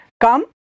Come